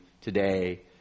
today